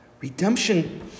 Redemption